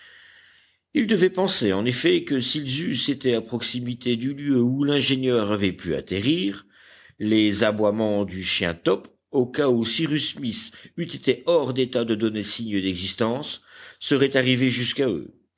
ils devaient penser en effet que s'ils eussent été à proximité du lieu où l'ingénieur avait pu atterrir les aboiements du chien top au cas où cyrus smith eût été hors d'état de donner signe d'existence seraient arrivés jusqu'à eux